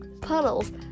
Puddles